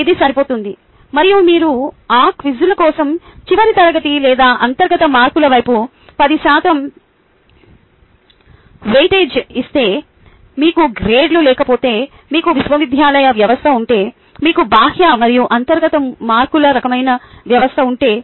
ఇది సరిపోతుంది మరియు మీరు ఆ క్విజ్ల కోసం చివరి తరగతి లేదా అంతర్గత మార్కుల వైపు పది శాతం వెయిటేజీని ఇస్తే మీకు గ్రేడ్లు లేకపోతే మీకు విశ్వవిద్యాలయ వ్యవస్థ ఉంటే మీకు బాహ్య మరియు అంతర్గత మార్కుల రకమైన వ్యవస్థ ఉంటే